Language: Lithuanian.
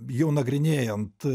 jau nagrinėjant